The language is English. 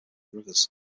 rivers